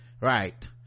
right